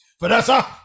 Vanessa